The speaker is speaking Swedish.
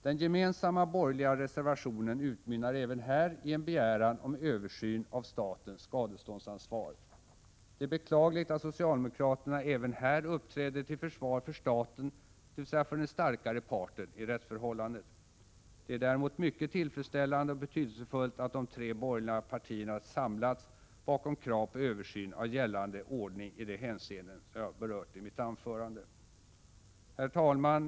Den gemensamma borgerliga reservationen utmynnar även här i en begäran om översyn av statens skadeståndsansvar. Det är beklagligt att socialdemokraterna även här uppträder till försvar för staten, dvs. för den starkare parten i rättsförhållandet. Det är däremot mycket tillfredsställande och betydelsefullt att de tre borgerliga partierna samlats bakom krav på översyn av gällande ordning i de hänseenden som jag berört i mitt anförande. Herr talman!